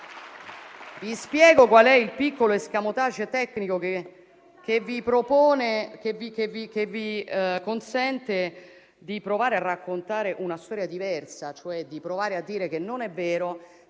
Vi spiego qual è il piccolo *escamotage* tecnico che vi consente di provare a raccontare una storia diversa, cioè di provare a dire che non è vero